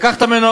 לקח את המנורה,